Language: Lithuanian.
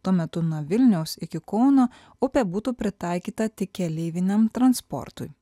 tuo metu nuo vilniaus iki kauno upė būtų pritaikyta tik keleiviniam transportui